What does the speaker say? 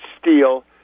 steel